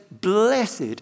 blessed